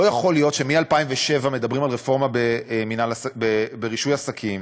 לא יכול להיות שמ-2007 מדברים על רפורמה ברישוי עסקים,